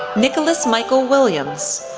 nicholas michael williams,